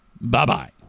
bye-bye